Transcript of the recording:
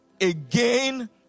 Again